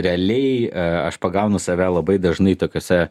realiai aš pagaunu save labai dažnai tokiose